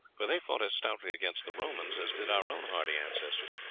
for they fought as stoutly against the romans as did our own hardy ancestors.